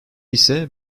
ise